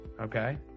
okay